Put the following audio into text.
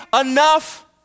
enough